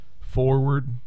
forward